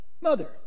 mother